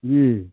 जी